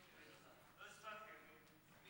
ההצעה להעביר את הנושא לוועדת החוץ והביטחון